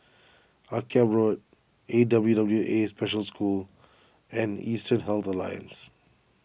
Akyab Road A W W A Special School and Eastern Health Alliance